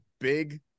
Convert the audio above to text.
big